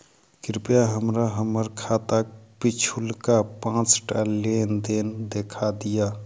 कृपया हमरा हम्मर खाताक पिछुलका पाँचटा लेन देन देखा दियऽ